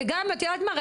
וגם את יודעת מה,